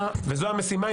זו המשימה.